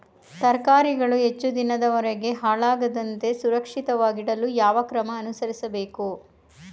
ತರಕಾರಿಗಳು ಹೆಚ್ಚು ದಿನದವರೆಗೆ ಹಾಳಾಗದಂತೆ ಸುರಕ್ಷಿತವಾಗಿಡಲು ಯಾವ ಕ್ರಮ ಅನುಸರಿಸಬೇಕು?